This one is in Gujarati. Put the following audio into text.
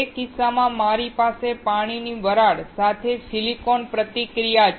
તે કિસ્સામાં મારી પાસે પાણીની વરાળ સાથે સિલિકોન પ્રતિક્રિયા છે